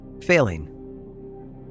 failing